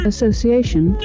Association